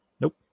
Nope